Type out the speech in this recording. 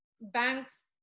banks